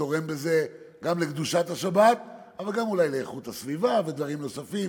תורם בזה גם לקדושת השבת אבל גם אולי לאיכות הסביבה ודברים נוספים.